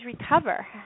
recover